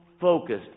focused